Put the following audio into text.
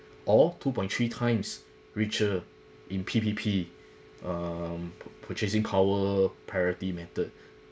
or two point three times richer in P_P_P um purchasing power priority method